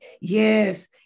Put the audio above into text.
Yes